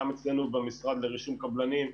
גם אצלנו במשרד לרישום קבלנים,